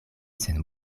sen